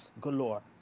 galore